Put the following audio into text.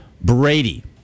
Brady